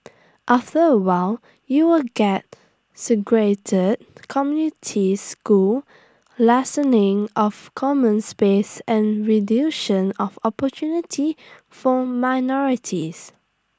after A while you will get segregated communities school lessening of common space and of opportunity for minorities